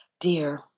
Dear